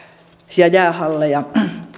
ja jäähalleja